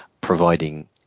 providing